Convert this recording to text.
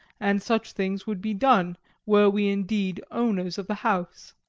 and such things would be done were we indeed owners of the house.